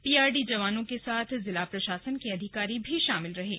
PRD जवानों के साथ जिला प्रशासन के अधिकारी भी शामिल थे